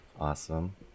awesome